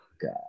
god